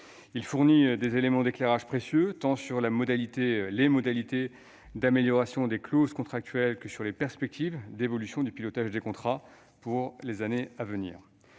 fournit des éléments d'éclairage précieux, tant sur les modalités d'amélioration des clauses contractuelles que sur les perspectives d'évolution du pilotage des contrats pour les années à venir.